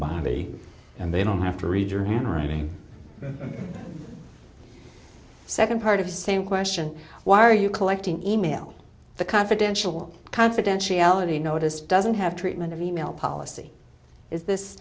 somebody and they don't have to read your handwriting second part of the same question why are you collecting email the confidential confidentiality notice doesn't have treatment of email policy is this